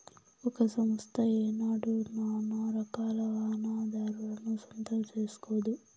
ఒక సంస్థ ఏనాడు సానారకాల వాహనాదారులను సొంతం సేస్కోదు